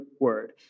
word